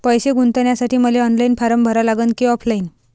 पैसे गुंतन्यासाठी मले ऑनलाईन फारम भरा लागन की ऑफलाईन?